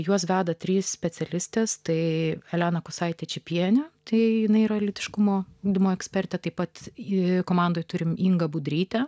juos veda trys specialistės tai elena kosaitė čypienė tai jinai yra lytiškumo ugdymo ekspertė taip pat ji komandoje turime ingą budrytę